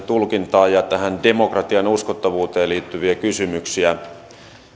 tulkintaa ja tähän demokratian uskottavuuteen liittyviä kysymyksiä